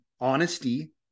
honesty